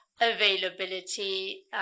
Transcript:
availability